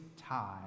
tie